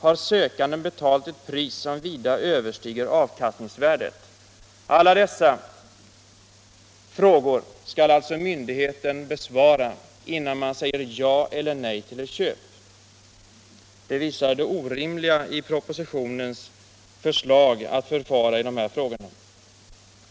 Har sökanden betalt ett pris som "vida" överstiger avkastningsvärdet?” Alla dessa frågor skall alltså myndigheten besvara innan man säger ja eller nej till ett köp. Det visar det orimliga i propositionens förslag.